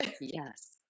Yes